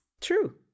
True